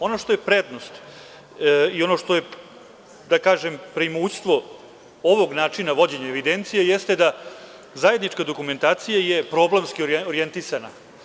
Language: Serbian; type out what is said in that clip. Ono što je prednost i ono što je, da kažem, preimućstvo ovog načina vođenja evidencije jeste da zajednička dokumentacija je problemski orijentisana.